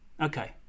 Okay